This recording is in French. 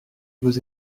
vos